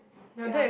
yeah